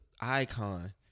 icon